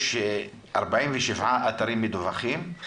יש בה 47 אתרים מדווחים.